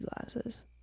glasses